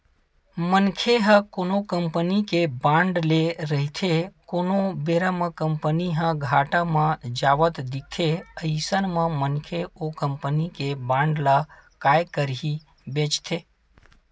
मनखे ह कोनो कंपनी के बांड ले रहिथे कोनो बेरा म कंपनी ह घाटा म जावत दिखथे अइसन म मनखे ओ कंपनी के बांड ल काय करही बेंचथे